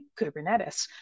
kubernetes